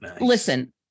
listen